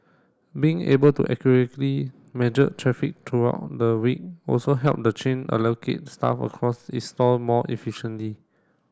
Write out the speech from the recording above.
being able to accurately measure traffic throughout the week also helped the chain allocate staff across its store more efficiently